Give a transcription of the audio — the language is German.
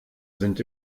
sind